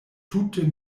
tute